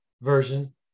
version